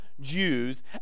Jews